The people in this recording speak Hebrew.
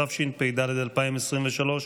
התשפ"ד 2023,